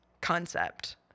concept